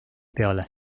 peale